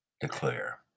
declare